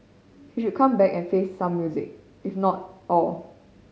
he should come back and face some music if not all